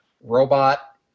robot